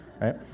right